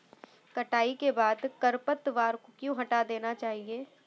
कटाई के बाद खरपतवार को क्यो हटा देना चाहिए?